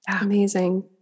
Amazing